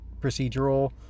procedural